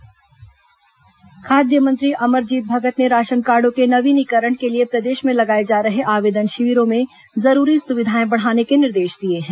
खाद्य मंत्री ration card खाद्य मंत्री अमरजीत भगत ने राशन कार्डो के नवीनीकरण के लिए प्रदेश में लगाए जा रहे आवेदन शिविरों में जरूरी सुविधाएं बढ़ाने के निर्देश दिए हैं